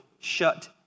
shut